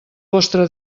vostre